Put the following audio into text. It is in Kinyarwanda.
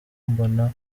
mbona